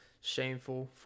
shameful